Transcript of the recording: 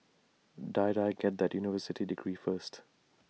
Die Die get that university degree first